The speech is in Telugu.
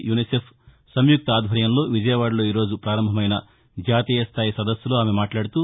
యునిసెఫ్ సంయుక్త ఆధ్వర్యంలో విజయవాడలో ఈ రోజు ప్రారంభమైన జాతీయ స్థాయి సదస్సులో ఆమె మాట్లాడుతూ